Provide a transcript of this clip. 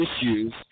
issues